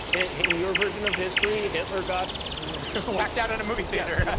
in your version of history hitler got whacked out in a movie theater.